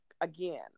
again